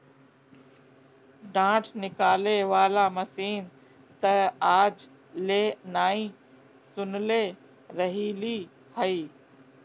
डाँठ निकाले वाला मशीन तअ आज ले नाइ सुनले रहलि हई